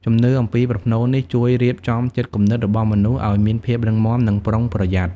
ជំនឿអំពីប្រផ្នូលនេះជួយរៀបចំចិត្តគំនិតរបស់មនុស្សឲ្យមានភាពរឹងមាំនិងប្រុងប្រយ័ត្ន។